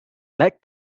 like